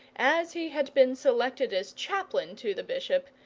as he had been selected as chaplain to the bishop,